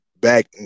back